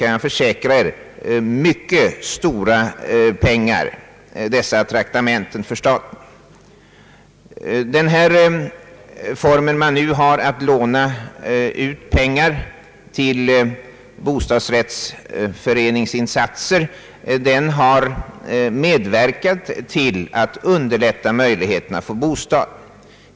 Jag kan försäkra att det totalt sett rör sig om mycket stora pengar. Den form som nu finns för utlåning av pengar till bostadsrättsföreningsin satser har medverkat till att underlätta möjligheterna att få bostad.